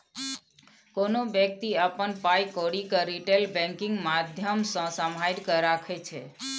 कोनो बेकती अपन पाइ कौरी केँ रिटेल बैंकिंग माध्यमसँ सम्हारि केँ राखै छै